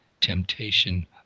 temptation